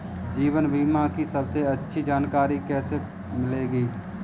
जीवन बीमा की सबसे अच्छी जानकारी कैसे मिलेगी?